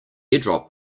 airdrop